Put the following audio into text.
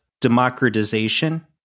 democratization